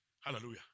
Hallelujah